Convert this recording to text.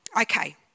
Okay